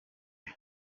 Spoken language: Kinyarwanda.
ltd